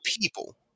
people